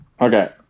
Okay